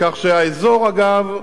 כך שהאזור, אגב,